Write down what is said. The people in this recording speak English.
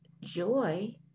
joy